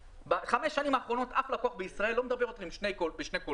בחמש השנים האחרונות אף לקוח בישראל לא מדבר בשני קולות.